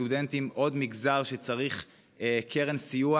בסטודנטים עוד מגזר שצריך קרן סיוע.